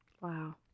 Wow